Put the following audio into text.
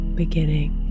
beginning